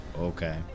Okay